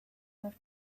left